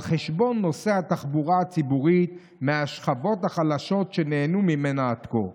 על חשבון נוסעי התחבורה הציבורית מהשכבות החלשות שנהנו ממנה עד כה.